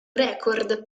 record